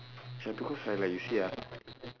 ya because right like you see ah